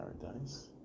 paradise